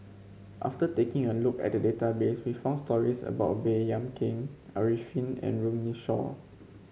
after taking a look at the database we found stories about Baey Yam Keng Arifin and Runme Shaw